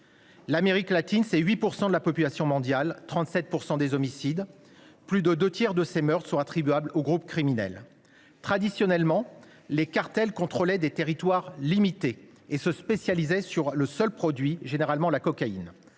L’Amérique latine, avec 8 % de la population mondiale, totalise 37 % des homicides. Plus des deux tiers de ces meurtres sont attribuables à des groupes criminels. Traditionnellement, les cartels contrôlaient des territoires limités et se spécialisaient dans un seul produit, généralement la cocaïne.